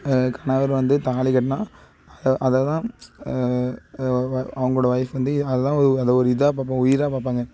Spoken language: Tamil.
கணவர் வந்து தாலி கட்டினா அதை அதை தான் அவங்களோட ஒய்ஃப் வந்து அது தான் ஓ அதை ஒரு இதாக பார்ப்பாங்க உயிராக பார்ப்பாங்க